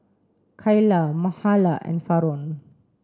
Kaila Mahala and Faron